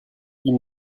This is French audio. ils